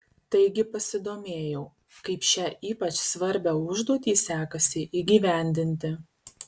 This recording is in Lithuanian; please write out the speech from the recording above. taigi pasidomėjau kaip šią ypač svarbią užduotį sekasi įgyvendinti